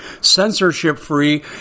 censorship-free